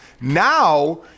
Now